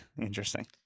Interesting